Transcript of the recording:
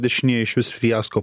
dešinieji išvis fiasko